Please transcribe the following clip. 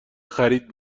خرید